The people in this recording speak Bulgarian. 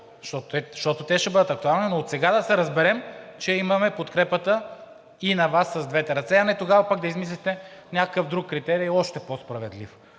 защото те ще бъдат актуални, но да се разберем отсега, че имаме подкрепа и от Вас с двете ръце, а не тогава да измислите някакъв друг критерий – още по-справедлив.